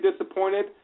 disappointed